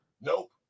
Nope